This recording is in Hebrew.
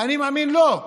ואני מאמין לו.